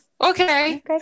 okay